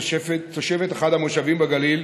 תושבת אחד המושבים בגליל,